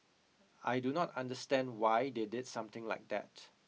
I do not understand why they did something like that